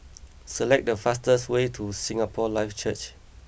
select the fastest way to Singapore Life Church